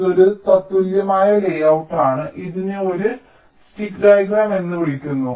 ഇത് ഒരു തത്തുല്യമായ ലേഔട്ട് ആണ് ഇതിനെ ഒരു സ്റ്റിക്ക് ഡയഗ്രം എന്ന് വിളിക്കുന്നു